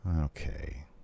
Okay